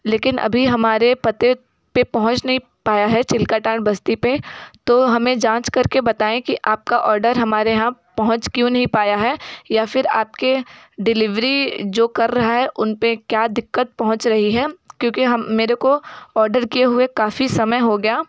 लेकिन अभी हमारे पते पर पहुँच नहीं पाया है चीलकटान बस्ती पर तो हमें जाँच कर के बताएँ कि आप का ऑर्डर हमारे यहाँ पहुँच क्यों नहीं पाया है या फिर आप के डिलीवरी जो कर रहा है उन पर क्या दिक्कत पहुंच रही है क्योंकि हम मेरे को ऑर्डर किए हुए काफ़ी समय हो गया